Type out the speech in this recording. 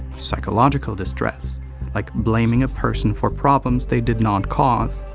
psychological distress like blaming a person for problems they did not cause,